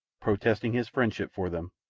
protesting his friendship for them,